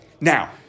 now